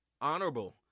honorable